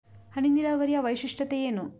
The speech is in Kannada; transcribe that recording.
ಹನಿ ನೀರಾವರಿಯ ವೈಶಿಷ್ಟ್ಯತೆ ಏನು?